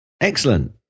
Excellent